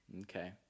Okay